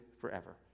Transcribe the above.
forever